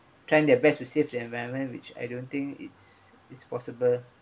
trying their best to save the environment which I don't think it's it's possible